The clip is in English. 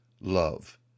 love